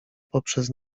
poprzez